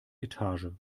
etage